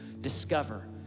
discover